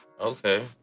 Okay